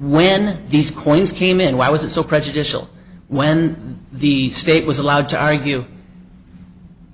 when these coins came in why was it so prejudicial when the state was allowed to argue